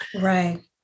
Right